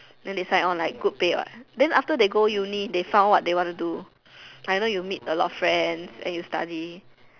then they sign on like good pay what then after they go uni they found what to do I know you meet a lot friends you study